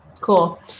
Cool